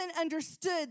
understood